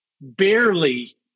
barely